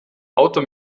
auto